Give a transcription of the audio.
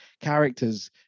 Characters